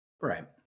Right